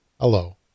hello